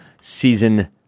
season